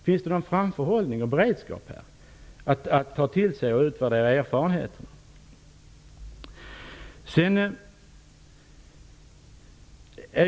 Finns det någon framförhållning och beredskap att ta till sig och utvärdera erfarenheterna?